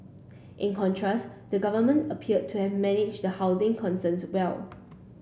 in contrast the government appeared to have managed the housing concerns well